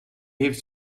heeft